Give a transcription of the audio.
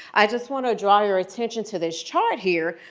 i just want to draw your attention to this chart here,